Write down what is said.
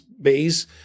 base